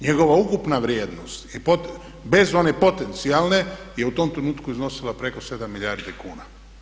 Njegova ukupna vrijednost bez one potencijalne je u tom trenutku iznosila preko 7 milijardi kuna.